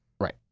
right